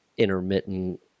intermittent